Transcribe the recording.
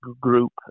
group